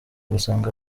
gusanga